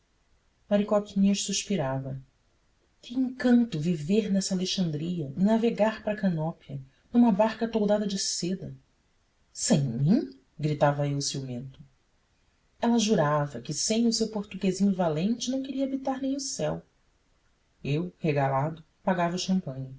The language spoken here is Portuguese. uma maricoquinhas suspirava que encanto viver nessa alexandria e navegar para canópia numa barca toldada de seda sem mim gritava eu ciumento ela jurava que sem o seu portuguesinho valente não queria habitar nem o céu eu regalado pagava o champagne